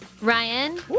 Ryan